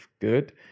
good